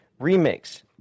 remix